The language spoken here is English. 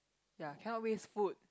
ya cannot waste food